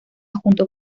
junto